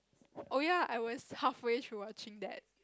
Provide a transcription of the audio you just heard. oh ya I was halfway through watching that